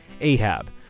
Ahab